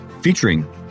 featuring